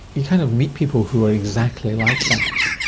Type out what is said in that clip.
you kind of meet people who are exactly like that.